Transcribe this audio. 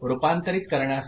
रूपांतरित करण्यासाठी